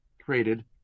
created